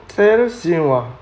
sadness siew !wah!